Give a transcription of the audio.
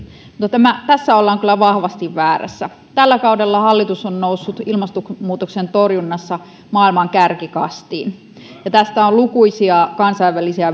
tässä ollaan kyllä vahvasti väärässä tällä kaudella hallitus on noussut ilmastonmuutoksen torjunnassa maailman kärkikastiin ja tästä on lukuisia kansainvälisiä